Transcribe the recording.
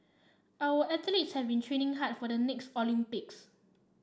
our athletes have been training hard for the next Olympics